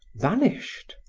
vanished.